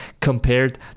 compared